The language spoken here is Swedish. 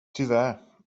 tyvärr